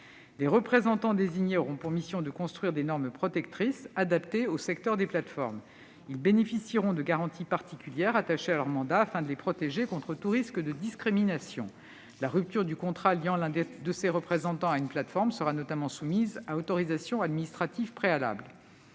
Les représentants désignés auront pour mission de construire des normes protectrices adaptées au secteur des plateformes. Ils bénéficieront de garanties particulières attachées à leur mandat, afin de les protéger contre tout risque de discrimination. La rupture du contrat liant l'un de ces représentants à une plateforme sera notamment soumise à autorisation administrative préalable.